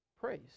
Praise